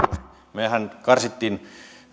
mehän karsimme